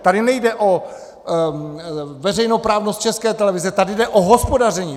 Tady nejde o veřejnoprávnost České televize, tady jde o hospodaření!